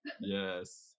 yes